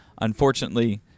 unfortunately